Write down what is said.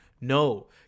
No